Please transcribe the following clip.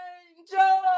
Angel